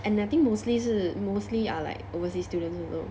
and I think mostly 是 mostly are like overseas students also